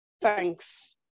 Thanks